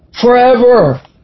forever